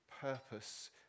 purpose